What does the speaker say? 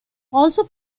also